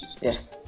Yes